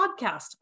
podcast